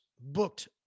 booked